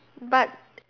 but